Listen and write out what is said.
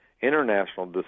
international